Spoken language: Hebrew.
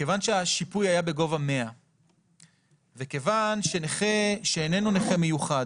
כיוון שהשיפוי היה בגובה 100 וכיוון שהנכה איננו נכה מיוחד